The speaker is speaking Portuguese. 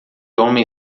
homem